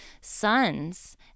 sons